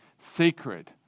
sacred